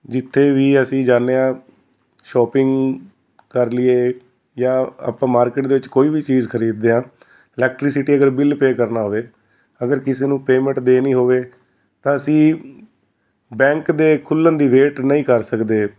ਜਿੱਥੇ ਵੀ ਅਸੀਂ ਜਾਂਦੇ ਹਾਂ ਸ਼ੋਪਿੰਗ ਕਰ ਲਈਏ ਜਾਂ ਆਪਾਂ ਮਾਰਕੀਟ ਦੇ ਵਿੱਚ ਕੋਈ ਵੀ ਚੀਜ਼ ਖਰੀਦ ਦੇ ਹਾਂ ਇਲੈਕਟਰੀਸਿਟੀ ਅਗਰ ਬਿੱਲ ਪੇ ਕਰਨਾ ਹੋਵੇ ਅਗਰ ਕਿਸੇ ਨੂੰ ਪੇਮੈਂਟ ਦੇਣੀ ਹੋਵੇ ਤਾਂ ਅਸੀਂ ਬੈਂਕ ਦੇ ਖੁੱਲ੍ਹਣ ਦੀ ਨਹੀਂ ਕਰ ਸਕਦੇ